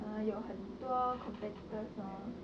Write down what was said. err 有很多 competitors lor